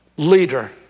leader